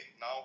now